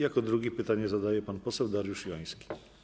Jako drugi pytanie zadaje pan poseł Dariusz Joński.